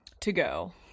to-go